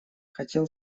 хотел